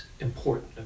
important